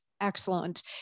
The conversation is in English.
excellent